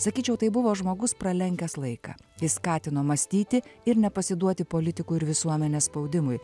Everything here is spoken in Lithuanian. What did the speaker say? sakyčiau tai buvo žmogus pralenkęs laiką jis skatino mąstyti ir nepasiduoti politikų ir visuomenės spaudimui